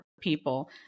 people